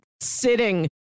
sitting